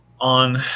On